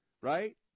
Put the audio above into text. right